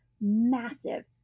massive